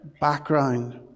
background